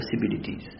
possibilities